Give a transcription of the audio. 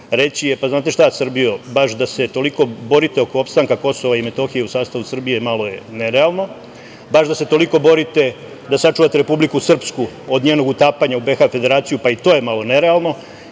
reći je – pa znate šta Srbijo, baš da se toliko borite oko opstanka Kosova i Metohije u sastavu Srbije malo je nerealno, baš da se toliko borite da sačuvate Republiku Srpsku od njenog utapanja u BiH Federaciju pa i to je malo nerealno